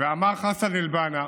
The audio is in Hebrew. אמר חסן אל-בנא: